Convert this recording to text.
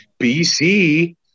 BC